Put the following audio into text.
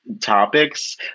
topics